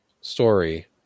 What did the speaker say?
story